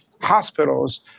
hospitals